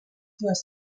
dues